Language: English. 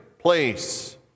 place